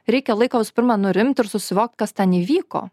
reikia laiko visų pirma nurimt ir susivokt kas ten įvyko